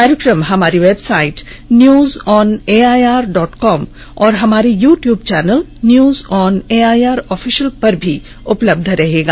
कार्यक्रम हमारी website news on AIR dot com और हमारे YouTube channel news on AIR official पर भी उपलब्ध रहेगा